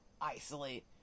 isolate